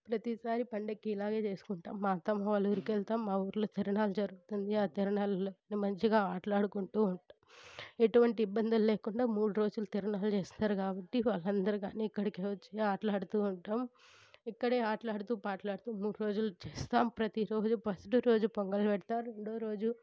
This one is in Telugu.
ప్రతిసారి పండగకి ఇలాగే చేసుకుంటాం మా అత్తమ్మ వాళ్ళ ఊరికి వెళ్తాం మా ఊరులో తిరణాలు జరుగుతుంది ఆ తిరణాలులో మంచిగా ఆటలాడుకుంటూ ఉంటాం ఎటువంటి ఇబ్బందులు లేకుండా మూడు రోజులు తిరణాలు చేస్తారు కాబట్టి వాళ్లందరికీ అన్ని ఇక్కడికే వచ్చి ఆటలాడుతు ఉంటాం ఇక్కడే ఆటలాడుతూ పాటలాడుతూ మూడు రోజులు చేస్తాం ప్రతిరోజు ఫస్ట్ రోజు పొంగలి పెడతాం రెండో రోజు